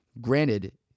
Granted